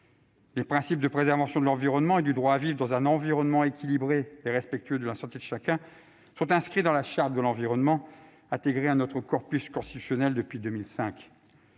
Les principes de préservation de l'environnement et du droit à vivre dans un environnement équilibré et respectueux de la santé de chacun sont inscrits dans la Charte de l'environnement, intégrée à notre corpus constitutionnel en 2005.